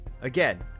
Again